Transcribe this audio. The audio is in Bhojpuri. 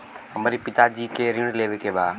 हमरे पिता जी के ऋण लेवे के बा?